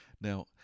Now